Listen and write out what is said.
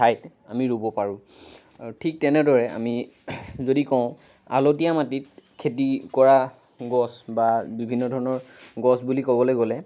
ঠাইত আমি ৰুব পাৰোঁ ঠিক তেনেদৰে আমি যদি কওঁ আলতীয়া মাটিত খেতি কৰা গছ বা বিভিন্ন ধৰণৰ গছ বুলি ক'বলৈ গ'লে